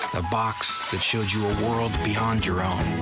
a box that shows you a world beyond your own.